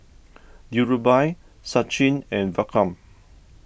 Dhirubhai Sachin and Vikram